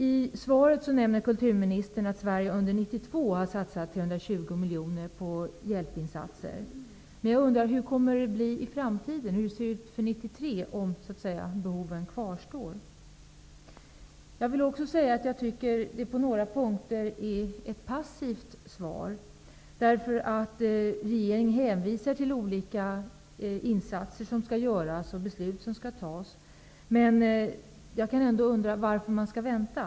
I svaret nämner kulturministern att Sverige under 1992 har satsat 320 miljoner på hjälpinsatser, men jag undrar hur det kommer att bli i framtiden. Hur ser det ut för 1993, om behoven kvarstår? Jag vill också säga att jag tycker att det på några punkter är ett passivt svar. Regeringen hänvisar till olika insatser som skall göras och beslut som skall fattas, men jag undrar ändå varför man skall vänta.